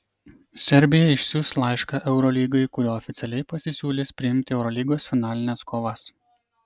serbija išsiųs laišką eurolygai kuriuo oficialiai pasisiūlys priimti eurolygos finalines kovas